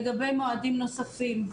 לגבי מועדים נוספים,